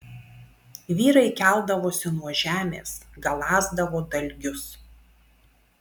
vyrai keldavosi nuo žemės galąsdavo dalgius